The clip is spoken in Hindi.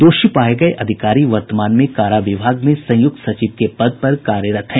दोषी पाये गये अधिकारी वर्तमान में कारा विभाग में संयुक्त सचिव के पद पर कार्यरत हैं